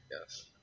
Yes